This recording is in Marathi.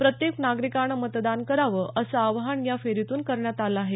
प्रत्येक नागरिकानं मतदान करावं असं आवाहन या फेरीतून करण्यात आलं आहे